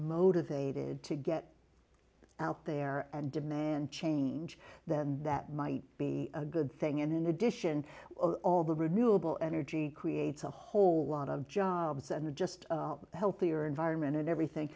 motivated to get out there and demand change then that might be a good thing and in addition all the renewable energy creates a whole lot of jobs and a just healthier environment and everything